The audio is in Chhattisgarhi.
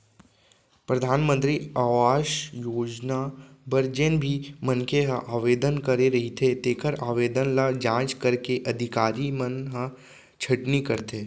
परधानमंतरी आवास योजना बर जेन भी मनखे ह आवेदन करे रहिथे तेखर आवेदन ल जांच करके अधिकारी मन ह छटनी करथे